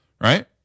right